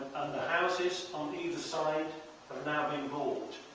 houses on either side have now been bought.